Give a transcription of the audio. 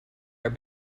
our